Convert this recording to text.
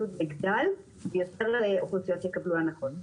שהסבסוד יגדל ויותר אוכלוסיות יקבלו הנחות.